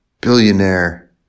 billionaire